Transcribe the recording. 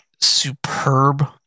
superb